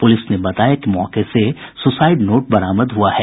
police ने बताया कि मौके से सुसाइड नोट बरामद हुआ है